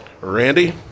Randy